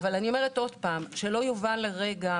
אני אומרת עוד פעם כדי שלא יובן לרגע,